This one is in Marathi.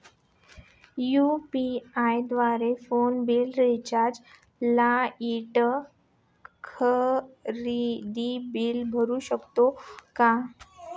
यु.पी.आय द्वारे फोन बिल, रिचार्ज, लाइट, खरेदी बिल भरू शकतो का?